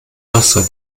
wasser